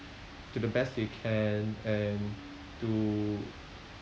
to the best they can and to